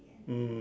mm